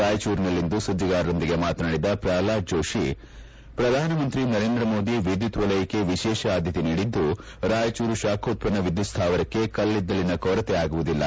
ರಾಯಚೂರಿನಲ್ಲಿಂದು ಸುದ್ದಿಗಾರರೊಂದಿಗೆ ಮಾತನಾಡಿದ ಪ್ರಲ್ವಾದ ಜೋತಿ ಪ್ರಧಾನಮಂತ್ರಿ ನರೇಂದ್ರ ಮೋದಿ ವಿದ್ಯುತ್ ವಲಯಕ್ಕೆ ವಿಶೇಷ ಆದ್ಯತೆ ನೀಡಿದ್ದು ರಾಯಚೂರು ಶಾಖೋತ್ಪನ್ನ ವಿದ್ಯುತ್ ಸ್ಥಾವರಕ್ಕೆ ಕಲ್ಲಿದ್ದಲಿನ ಕೊರತೆ ಆಗುವುದಿಲ್ಲ